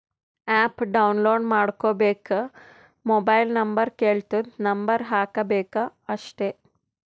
app download ಮಾಡ್ಕೋಬೇಕ್ mobile number ಕೆಳ್ತುದ್ number ಹಾಕಬೇಕ ಅಷ್ಟೇ